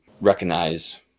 recognize